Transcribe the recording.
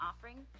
offering